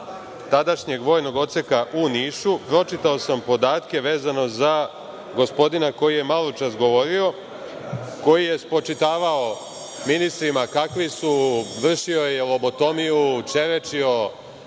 tadašnjeg Vojnog odseka u Nišu, pročitao sam podatke vezano za gospodina koji je maločas govorio, koji je spočitavao ministrima kakvi su, vršio je lobotomiju, čerečio